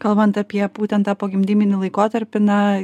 kalbant apie pūtent tą pogimdyminį laikotarpį na